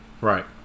Right